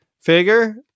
figure